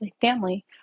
family